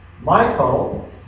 Michael